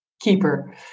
keeper